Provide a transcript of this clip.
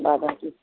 बाबा जी